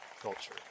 culture